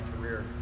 career